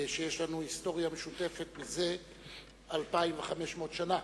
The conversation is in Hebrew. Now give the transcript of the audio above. שיש לנו היסטוריה משותפת זה 2,500 שנה,